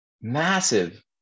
massive